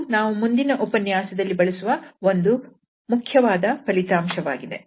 ಇದು ನಾವು ಮುಂದಿನ ಉಪನ್ಯಾಸದಲ್ಲಿ ಬಳಸುವ ಒಂದು ಮುಖ್ಯವಾದ ಫಲಿತಾಂಶವಾಗಿದೆ